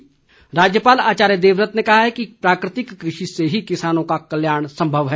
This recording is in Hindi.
राज्यपाल राज्यपाल आचार्य देवव्रत ने कहा है कि प्राकृतिक कृषि से ही किसानों का कल्याण संभव है